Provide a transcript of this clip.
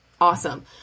Awesome